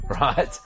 Right